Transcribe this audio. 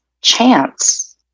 chance